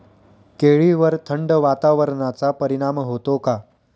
केळीवर थंड वातावरणाचा परिणाम होतो का?